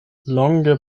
longe